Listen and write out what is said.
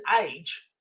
age